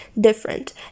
different